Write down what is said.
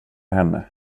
henne